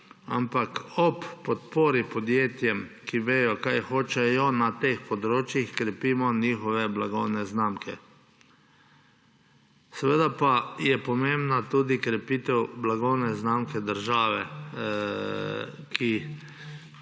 Ampak ob podpori podjetjem, ki vedo, kaj hočejo na teh področjih, krepimo njihove blagovne znamke. Seveda pa je pomembna tudi krepitev blagovne znamke države, ki